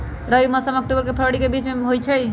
रबी मौसम अक्टूबर से फ़रवरी के बीच में होई छई